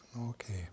Okay